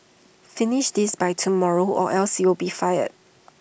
finish this by tomorrow or else you'll be fired